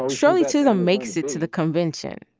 shirley chisholm makes it to the convention,